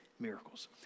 Miracles